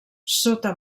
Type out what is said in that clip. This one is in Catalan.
sota